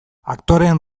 aktoreen